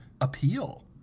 appeal